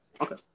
Okay